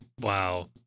Wow